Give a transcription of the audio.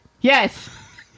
Yes